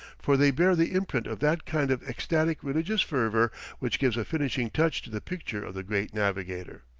for they bear the imprint of that kind of ecstatic religious fervour which gives a finishing touch to the picture of the great navigator.